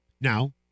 Now